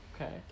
okay